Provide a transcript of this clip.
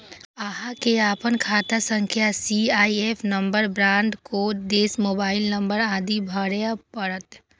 अहां कें अपन खाता संख्या, सी.आई.एफ नंबर, ब्रांच कोड, देश, मोबाइल नंबर आदि भरय पड़त